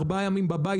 ארבעה ימים בבית,